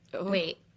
Wait